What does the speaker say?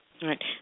Right